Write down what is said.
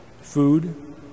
food